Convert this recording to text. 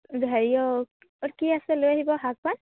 হেৰিয়ৰ অ কি আছে লৈ আহিব শাক পাত